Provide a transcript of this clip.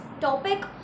topic